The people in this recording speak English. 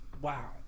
Wow